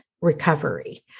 recovery